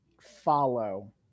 follow